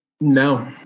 no